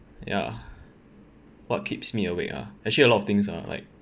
ya what keeps me awake ah actually a lot of things lah like